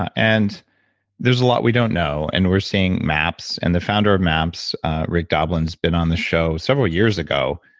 and there's a lot we don't know. and we're seeing maps, and the founder of maps rick doblin's been on the show several years ago